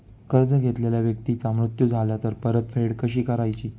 कर्ज घेतलेल्या व्यक्तीचा मृत्यू झाला तर परतफेड कशी करायची?